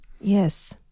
Yes